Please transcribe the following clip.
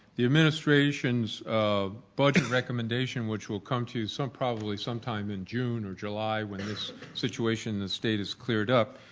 the administrations um budget recommendation, which will come to you some probably some time in june or july when this situation of the state is cleared up,